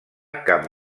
cap